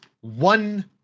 one